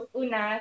una